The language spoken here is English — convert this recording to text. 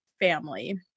family